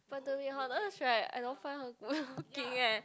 but to be honest right I don't find her good looking eh